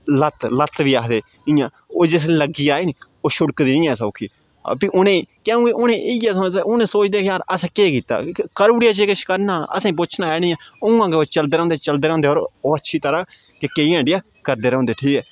लत लत बी आखदे इ'यां ओह् जिसलै लग्गी जाये नी ओह् छुड़कदी निं ऐ सौखी आ भी उ'नें ई क्यों उ'नें ई इ'यै सोचदे ओह् सोचदे की यार असें केह् कीता करू ओड़ेआ जे किश करना हा असें पुच्छना ऐ निं ऐ उ'आं गै ओह् चलदे रौहंदे चलदे रौहंदे होर ओह् अच्छी तरहां के केईं हांडियै करदे रौहंदे ठीक ऐ